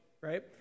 right